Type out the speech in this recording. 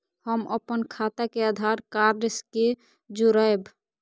हम अपन खाता के आधार कार्ड के जोरैब?